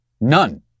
None